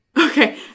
Okay